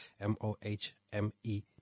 m-o-h-m-e